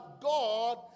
God